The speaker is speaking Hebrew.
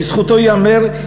לזכותו ייאמר,